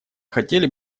хотели